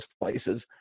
places